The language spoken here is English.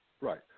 Right